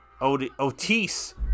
Otis